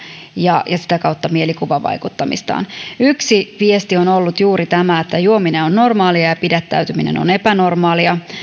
ja sitä kautta mielikuvavaikuttamistaan yksi viesti on on ollut juuri tämä että juominen on normaalia ja pidättäytyminen on epänormaalia